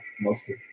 mostly